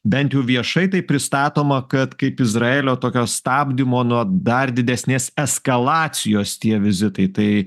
bent jau viešai tai pristatoma kad kaip izraelio tokio stabdymo nuo dar didesnės eskalacijos tie vizitai tai